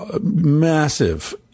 massive